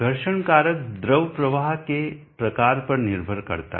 घर्षण कारक द्रव प्रवाह के प्रकार पर निर्भर करता है